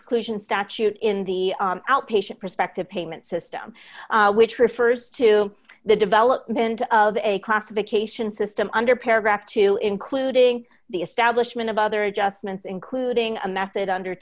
preclusion statute in the outpatient perspective payment system which refers to the development of a classification system under paragraph two including the establishment of other adjustments including a method under